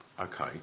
Okay